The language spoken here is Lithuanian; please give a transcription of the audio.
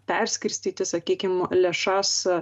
perskirstyti sakykim lėšas